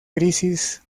crisis